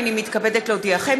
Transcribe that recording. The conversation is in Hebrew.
הנני מתכבדת להודיעכם,